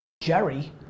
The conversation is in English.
Jerry